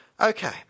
Okay